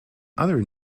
another